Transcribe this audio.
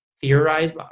theorize